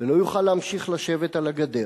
ולא יוכל להמשיך לשבת על הגדר